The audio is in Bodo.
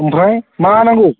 ओमफ्राय मा नांगौ